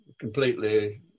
Completely